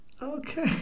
Okay